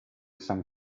some